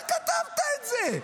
אתה כתבת את זה.